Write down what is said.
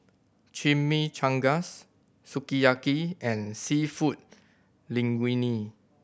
Chimichangas Sukiyaki and Seafood Linguine